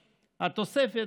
התוספת,